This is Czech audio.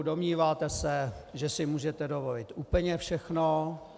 Domníváte se, že si můžete dovolit úplně všechno.